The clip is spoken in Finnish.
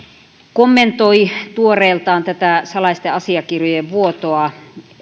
kommentoi tuoreeltaan tätä salaisten asiakirjojen vuotoa